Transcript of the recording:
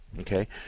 Okay